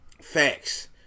Facts